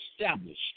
established